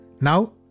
Now